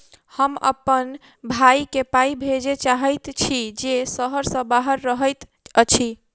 हम अप्पन भयई केँ पाई भेजे चाहइत छि जे सहर सँ बाहर रहइत अछि